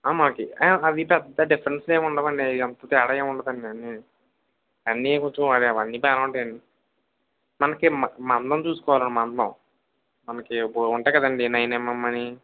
మాకు అది పేద్ద డిఫరెన్స్ ఏం ఉండదండి ఎంత తేడా ఏం ఉండదండి అన్నీ కొంచం అది అన్నీ బాగానే ఉంటాయండి మనకి మ మందం చూసుకోవాలండి మందం మనకి ఉంటయి కదండి నైన్ ఎమ్ఎమ్ అని